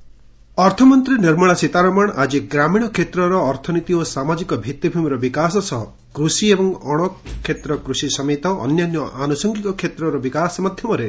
Sitharaman budget ଅର୍ଥମନ୍ତ୍ରୀ ନିର୍ମଳା ସୀତାରମଣ ଆଜି ଗ୍ରାମୀଣ କ୍ଷେତ୍ରର ଅର୍ଥନୀତି ଓ ସାମାଜିକ ଭିଭିମିର ବିକାଶ ସହ କୃଷି ଏବଂ ଅଣ କ୍ଷେତ୍ରକୃଷି ସମେତ ଅନ୍ୟାନ୍ୟ ଆନୁଷଙ୍ଗିକ କ୍ଷେତ୍ରର ବିକାଶ ମାଧ୍ୟମରେ